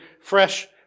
fresh